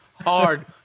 hard